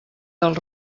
pel